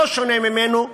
לא שונה ממנו,